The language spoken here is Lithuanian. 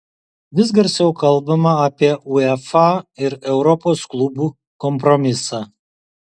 vis garsiau kalbama apie uefa ir europos klubų kompromisą